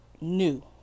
new